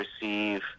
receive